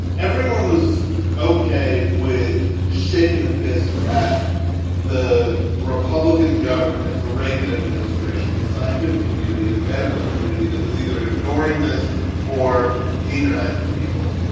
everyone was ok with shaking a fist at the republican government. the reagan administration, the scientific community, the medical community that was either ignoring this or demonizing people.